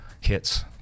hits